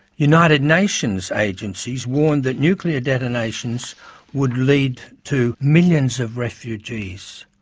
united nations agencies warned that nuclear detonations would lead to millions of refugees,